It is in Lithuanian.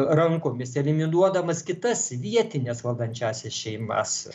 rankomis eliminuodamas kitas vietines valdančiąsias šeimas